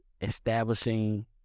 establishing